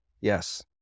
yes